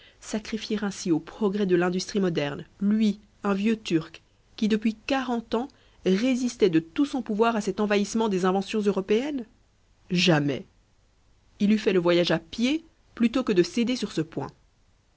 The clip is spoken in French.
sacrifier ainsi aux progrès de l'industrie moderne lui un vieux turc qui depuis quarante ans résistait de tout son pouvoir à cet envahissement des inventions européennes jamais il eût fait le voyage à pied plutôt que de céder sur ce point